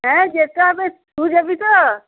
হ্যাঁ যেতে হবে তুই যাবি তো